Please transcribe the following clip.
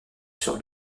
sur